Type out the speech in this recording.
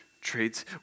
traits